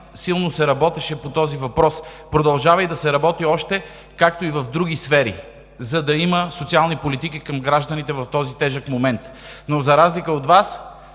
силно се работеше по този въпрос. Продължава да се работи още, както и в други сфери, за да има социални политики към гражданите в този тежък момент. За разлика от Вас,